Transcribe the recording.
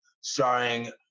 starring